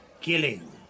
killing